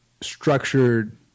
structured